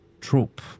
troop